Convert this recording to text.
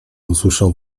usłyszał